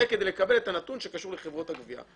זה כדי לקבל את הנתון שקשור לחברות הגבייה.